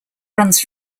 runs